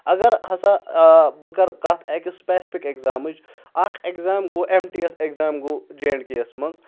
اگر ہسا بہٕ کَرٕ کَتھ اَکہِ سٕپیسفِک ایٚگزامٕچ اَکھ ایٚگزام گوٚو ایم ٹی ایس اؠگزام گوٚو جے اینٛڈ کے یَس منٛز